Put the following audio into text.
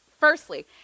Firstly